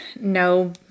No